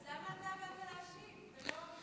אז למה אתה באת להשיב ולא שר העבודה?